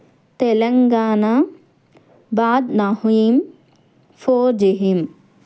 తెలంగాణ బాద్ నహూయిం ఫోజిహీం